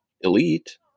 elite